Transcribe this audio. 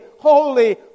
holy